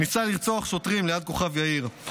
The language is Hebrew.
ניסה לרצוח שוטרים ליד כוכב יאיר.